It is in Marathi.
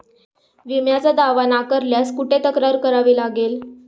विम्याचा दावा नाकारल्यास कुठे तक्रार करावी लागेल?